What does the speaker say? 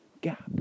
gap